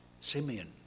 Simeon